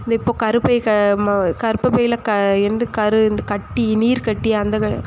இந்த இப்போ கருப்பை க ம கர்பப்பையில க இந்த கரு இந்த கட்டி நீர்கட்டி அந்த க